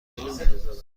ایم